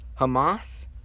Hamas